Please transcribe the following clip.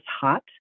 hot